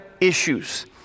issues